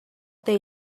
they